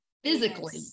physically